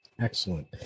Excellent